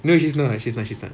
no she's not she's not she's not